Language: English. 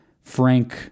Frank